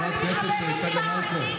חברת הכנסת צגה מלקו.